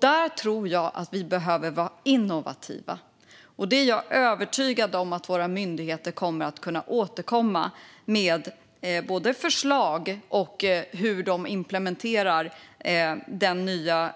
Där tror jag att vi behöver vara innovativa, och jag är övertygad om att våra myndigheter kommer att kunna återkomma både med förslag och med hur de implementerar den nya